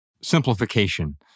simplification